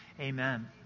amen